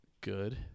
Good